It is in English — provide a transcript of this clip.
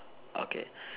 okay